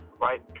right